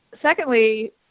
Secondly